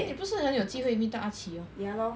then 你不是很有机会 meet 到 ah qi lor